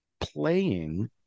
playing